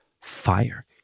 fire